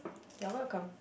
you are welcome